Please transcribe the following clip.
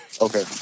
Okay